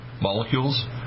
molecules